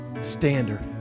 standard